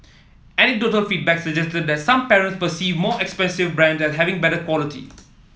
anecdotal feedback suggested that some parents perceive more expensive brands as having better quality